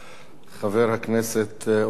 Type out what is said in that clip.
חבר הכנסת אורי אריאל,